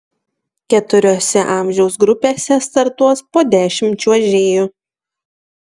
keturiose amžiaus grupėse startuos po dešimt čiuožėjų